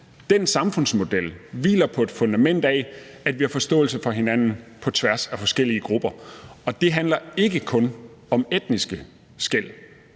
det samme for os – hviler på et fundament af, at vi har forståelse for hinanden på tværs af forskellige grupper. Og det handler ikke kun om etniske skel.